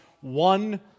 one